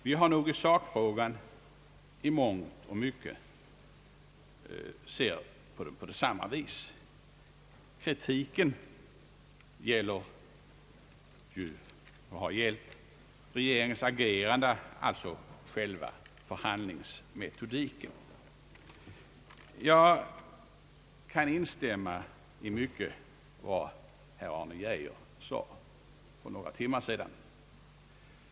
Vi har nog i sakfrågan i mångt och mycket sett på samma vis över partigränserna, Kritiken gäller och har gällt regeringens agerande, alltså framför allt själva förhandlingsmetodiken. Jag kan instämma i mycket av vad herr Arne Geijer sade för några timmar sedan.